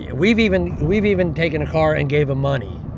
yeah we've even we've even taken a car and gave them money,